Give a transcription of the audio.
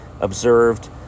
observed